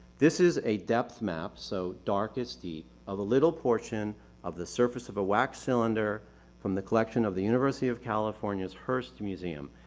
this is a depth map, so dark is deep of a little portion of the surface of a wax cylinder from the collection of the university of california's hearst museum.